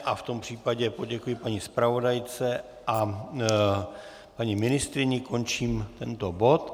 V tom případě poděkuji paní zpravodajce a paní ministryni a končím tento bod.